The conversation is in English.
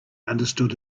understood